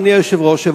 אדוני היושב-ראש,